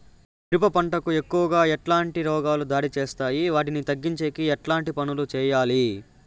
మిరప పంట కు ఎక్కువగా ఎట్లాంటి రోగాలు దాడి చేస్తాయి వాటిని తగ్గించేకి ఎట్లాంటి పనులు చెయ్యాలి?